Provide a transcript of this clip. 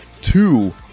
two